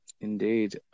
Indeed